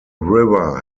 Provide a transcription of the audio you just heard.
river